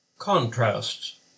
Contrasts